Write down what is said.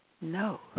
no